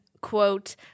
quote